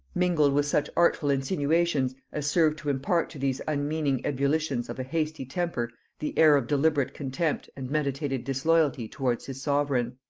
mingled with such artful insinuations as served to impart to these unmeaning ebullitions of a hasty temper the air of deliberate contempt and meditated disloyalty towards his sovereign.